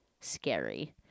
scary